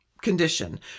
condition